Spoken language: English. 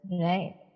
Right